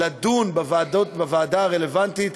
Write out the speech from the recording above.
לדון בוועדה הרלוונטית,